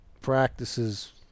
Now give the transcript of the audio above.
practices